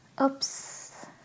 Oops